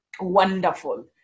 wonderful